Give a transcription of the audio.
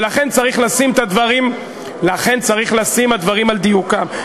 ולכן צריך להעמיד דברים על דיוקם.